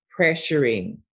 pressuring